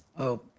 oh,